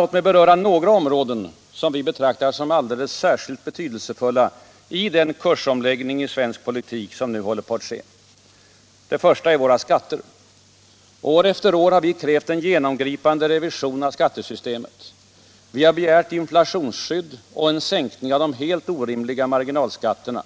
Låt mig beröra några områden, som vi betraktar som alldeles särskilt betydelsefulla i den kursomläggning i svensk politik som nu håller på att ske. Det första är våra skatter. År efter år har vi krävt en genomgripande revision av skattesystemet. Vi har begärt inflationsskydd och en sänkning av de helt orimliga marginalskatterna.